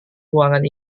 ruangan